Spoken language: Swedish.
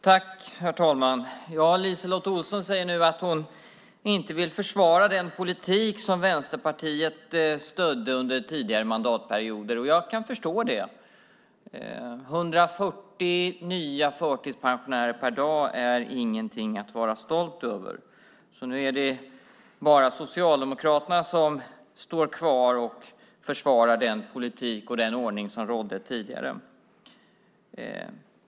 Herr talman! LiseLotte Olsson säger nu att hon inte vill försvara den politik som Vänsterpartiet stödde under tidigare mandatperioder. Jag kan förstå det. 140 nya förtidspensionärer per dag är ingenting att vara stolt över. Nu är det bara Socialdemokraterna som står kvar och försvarar den politik och den ordning som rådde tidigare.